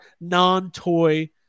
non-toy